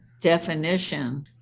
definition